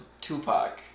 Tupac